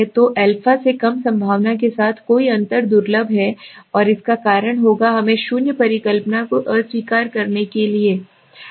तो α से कम संभावना के साथ कोई अंतर दुर्लभ है और इसका कारण होगा हमें शून्य परिकल्पना को अस्वीकार करने के लिए ठीक है